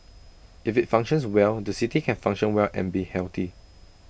if IT functions well the city can function well and be healthy